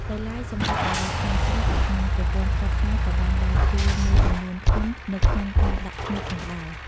ដោយឡែកសម្រាប់តារាក្នុងស្រុក និងប្រព័ន្ធផ្សព្វផ្សាយក៏បានដើរតួមួយចំណែកធំនៅក្នុងការដាក់ឈ្មោះផងដែរ។